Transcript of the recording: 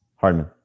Hardman